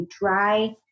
dry